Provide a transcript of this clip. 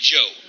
Joe